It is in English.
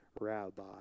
rabbi